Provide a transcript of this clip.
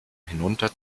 hinunter